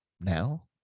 now